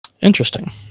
Interesting